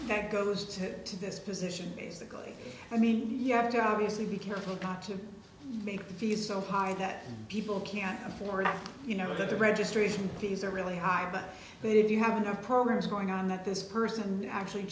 that goes to to this position basically i mean you have to obviously be careful got to make the fees so high that people can't afford you know that the registration fees are really high but they did you have enough programs going on that this person actually